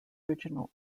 original